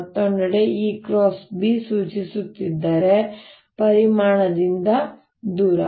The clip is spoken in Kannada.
ಮತ್ತೊಂದೆಡೆEBಸೂಚಿಸುತ್ತಿದ್ದರೆ ಪರಿಮಾಣದಿಂದ ದೂರ